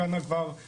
לחפש ולמצוא,